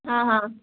हां हां